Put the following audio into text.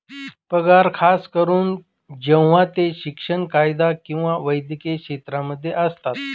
पगार खास करून जेव्हा ते शिक्षण, कायदा किंवा वैद्यकीय क्षेत्रांमध्ये असतात